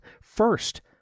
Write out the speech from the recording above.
first